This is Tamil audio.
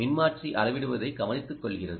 மின்மாற்றி அளவிடுவதை கவனித்துக்கொள்கிறது